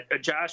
Josh